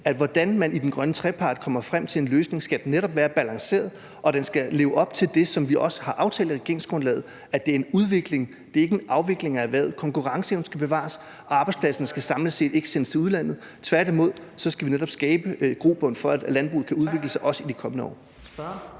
hvordan man i den grønne trepart kommer frem til en løsning, skal den netop være balanceret, og den skal leve op til det, som vi også har aftalt i regeringsgrundlaget, at det er en udvikling og ikke en afvikling af erhvervet. Konkurrenceevnen skal bevares, og arbejdspladserne skal samlet set ikke sendes til udlandet. Tværtimod skal vi netop skabe grobund for, at landbruget kan udvikle sig, også i de kommende år.